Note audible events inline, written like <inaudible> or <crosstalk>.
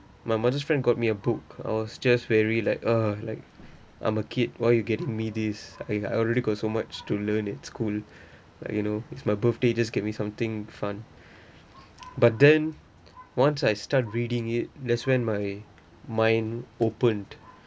my mother's friend got me a book I was just very like uh like I'm a kid why you getting me this I I already got so much to learn at school <breath> like you know it's my birthday just get me something fun but then once I start reading it that's when my mind opened